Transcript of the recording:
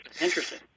interesting